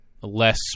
Less